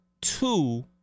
Two